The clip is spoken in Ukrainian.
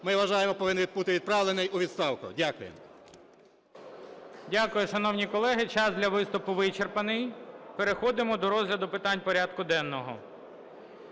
ми вважаємо повинен бути відправлений у відставку. Дякую. ГОЛОВУЮЧИЙ. Дякую. Шановні колеги, час для виступів вичерпаний, Переходимо до розгляду питань порядку денного.